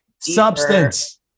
Substance